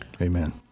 Amen